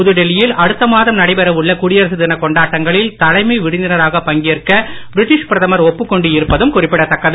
புதுடெல்லியில் அடுத்த மாதம் நடைபெற உள்ள குடியரசு தின கொண்டாட்டங்களில் தலைமை விருந்தினராகப் பங்கேற்க பிரிட்டீஷ் பிரதமர் ஒப்புக்கொண்டு இருப்பதும் குறிப்பிடத்தக்கது